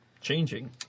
changing